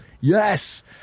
Yes